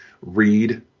read